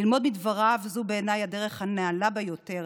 ללמוד מדבריו זו בעיניי הדרך הנעלה ביותר